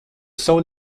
sont